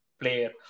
player